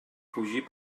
fugir